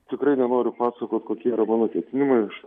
tikrai nenoriu pasakot kokie yra mano ketinimai aš